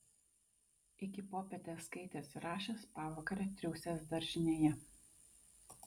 iki popietės skaitęs ir rašęs pavakare triūsęs daržinėje